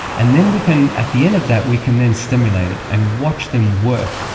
and then we can, at the end of that we can then stimulate it and watch them work,